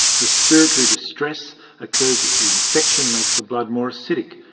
respiratory distress occurs as the infection makes the blood more acidic,